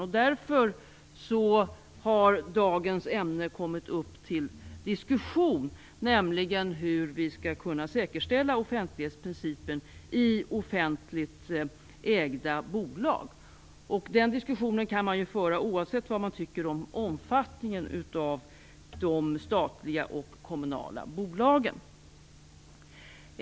Det är därför som dagens ämne har kommit upp till diskussion, nämligen hur vi skall kunna säkerställa offentlighetsprincipen i offentligt ägda bolag. Den diskussionen kan man föra oavsett vad man anser om omfattningen av de statliga och kommunala bolagen.